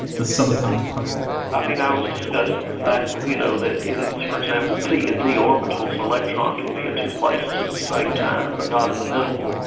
the subatomic particle i mean i was discussing the fact, you know, that in, for example, p and d orbitals, an and electron can be in two places at the same time but not in the middle.